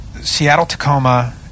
Seattle-Tacoma